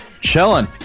Chilling